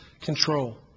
control